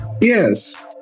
Yes